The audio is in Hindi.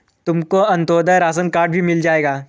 तुमको अंत्योदय राशन कार्ड भी मिल जाएगा